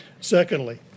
Secondly